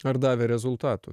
ar davė rezultatų